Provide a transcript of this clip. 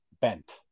bent